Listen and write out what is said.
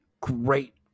great